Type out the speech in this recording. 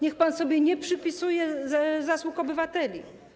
Niech pan sobie nie przypisuje zasług obywateli.